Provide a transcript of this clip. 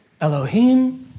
Elohim